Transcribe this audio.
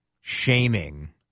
shaming